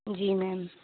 جی میم